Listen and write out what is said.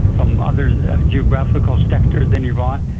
from other geographical sectors in iran,